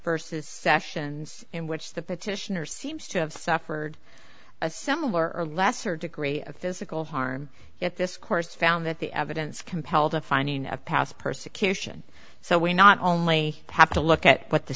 versus sessions in which the petitioner seems to have suffered a similar or lesser degree of physical harm at this course found that the evidence compelled a finding of past persecution so we not only have to look at what the